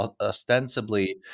Ostensibly